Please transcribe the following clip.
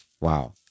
Wow